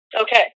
Okay